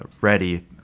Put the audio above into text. ready